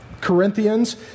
Corinthians